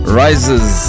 rises